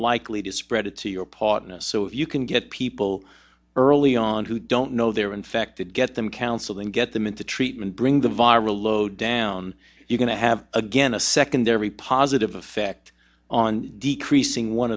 likely to spread it to your partner so you can get people early on who don't know they're infected get them counseling get them into treatment bring the viral load down you're going to have again a secondary positive effect on decreasing one